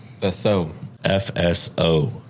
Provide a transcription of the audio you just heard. FSO